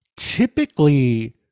Typically